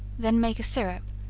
then make a syrup,